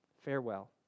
Farewell